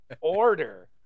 order